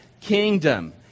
kingdom